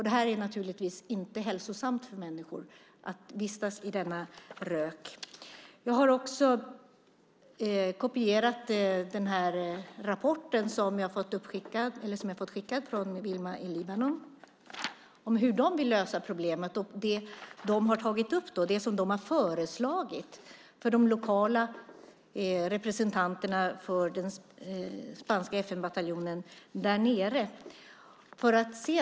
Det är naturligtvis inte hälsosamt för människor att vistas i denna rök. Jag har också kopierat rapporten som Wielma i Libanon har skickat till mig om hur de vill lösa problemet. De har lämnat förslag till de lokala representanterna för den spanska FN-bataljonen.